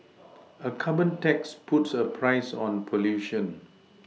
a carbon tax puts a price on pollution